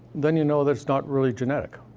then you know that it's not really genetic.